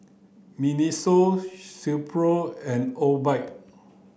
Miniso Silkpro and Obike